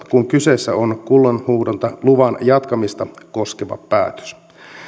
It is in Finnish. kun kyseessä on kullanhuuhdontaluvan jatkamista koskeva päätös